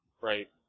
right